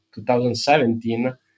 2017